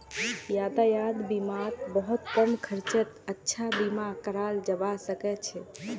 यातायात बीमात बहुत कम खर्चत अच्छा बीमा कराल जबा सके छै